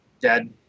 dead